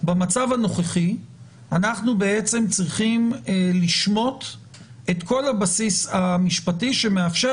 במצב הנוכחי אנחנו בעצם צריכים לשמוט את כל הבסיס המשפטי שמאפשר